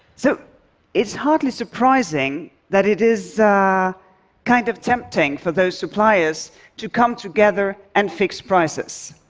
so it's hardly surprising that it is kind of tempting for those suppliers to come together and fix prices.